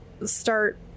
start